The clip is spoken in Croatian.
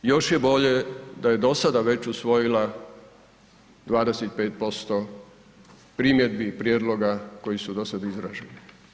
Još je bolje da je dosada već usvojila 25% primjedbi i prijedloga koji su dosad izraženi.